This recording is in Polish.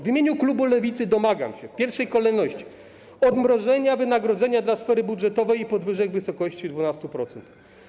W imieniu klubu Lewicy domagam się w pierwszej kolejności odmrożenia wynagrodzenia dla sfery budżetowej i podwyżek wysokości 12%.